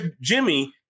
Jimmy